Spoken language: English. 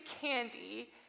candy